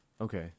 Okay